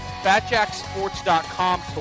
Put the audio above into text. FatJackSports.com